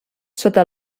sota